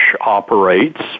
operates